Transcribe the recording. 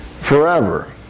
forever